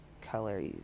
color